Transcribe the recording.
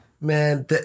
Man